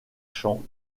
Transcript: chants